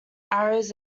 arrows